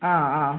ആ ആ